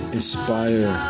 inspire